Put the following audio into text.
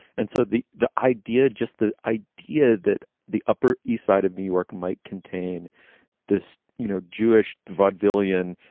and so the the idea just the idea that the upper east side of new york might contain this, you know, jewish vaudevillian,